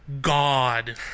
God